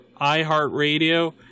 iHeartRadio